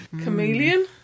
Chameleon